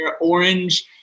orange